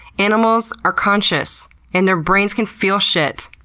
animals are conscious and their brains can feel shit!